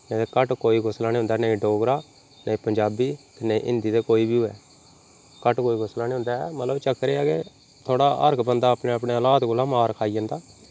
ते घट्ट कोई कुसै कोलां नी होंदा नेईं डोगरा नेईं पंजाबी नेईं हिंदी ते कोई बी होवै घट्ट कोई कुसै कोला नेईं होंदा ऐ मतलब चक्कर एह् ऐ कि थोह्ड़ा हर इक बन्दा अपने अपने हलात कोला मार खाई जन्दा